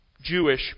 Jewish